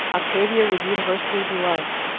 octavia was universally beloved,